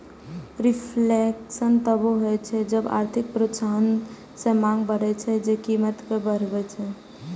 reflation तबो होइ छै जब आर्थिक प्रोत्साहन सं मांग बढ़ै छै, जे कीमत कें बढ़बै छै